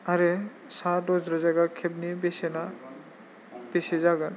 आरो साद' जिरायजाग्रा केबनि बेसेना बेसे जागोन